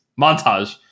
montage